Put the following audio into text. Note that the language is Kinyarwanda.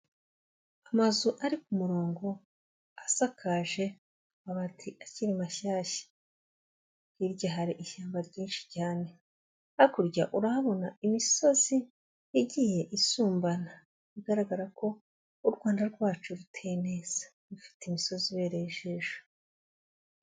Amazu ari ku murongo asakaje amabati akiri mashyashya, hirya hari ishyamba ryinshi cyane, hakurya urahabona imisozi igiye isumbana, bigaragara ko u Rwanda rwacu ruteye neza, rufite imisozi ibereye ijisho.